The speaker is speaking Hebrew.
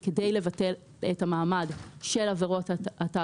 אנחנו הולכים לרמוס אותן.